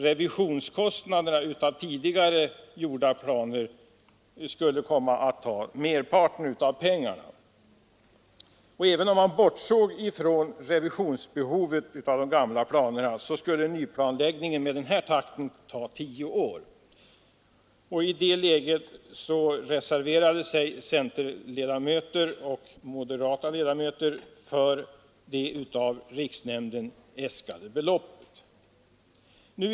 Kostnaderna för revision av tidigare uppgjorda planer skulle komma att ta merparten av pengarna, och även om man bortsåg från behovet av revision av de gamla planerna skulle nyplanläggningen med den här takten ta tio år. I det läget reserverade sig centerledamöter och moderata ledamöter för det av riksnämnden äskade beloppet.